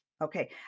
Okay